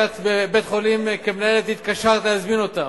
שכמנהלת בבית-חולים התקשרת להזמין אותם.